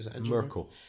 Merkel